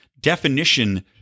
definition